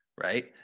right